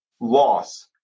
loss